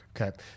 Okay